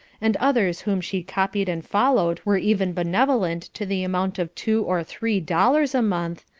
and others whom she copied and followed were even benevolent to the amount of two or three dollars a month,